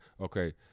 okay